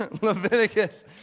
Leviticus